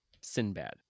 Sinbad